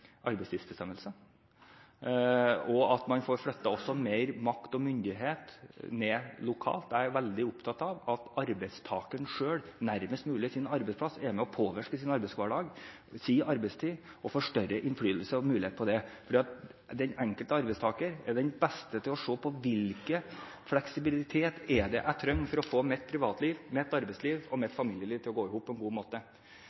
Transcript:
og at man får flyttet mer makt og myndighet ned til lokalt nivå. Jeg er veldig opptatt av at arbeidstakeren selv, nærmest mulig sin arbeidsplass, er med på å påvirke sin arbeidshverdag, sin arbeidstid, og får større innflytelse og mulighet til det. Den enkelte arbeidstaker er den beste til å se hvilken fleksibilitet han eller hun trenger for å få sitt privatliv, sitt arbeidsliv og